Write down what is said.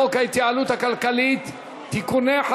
חבר הכנסת משה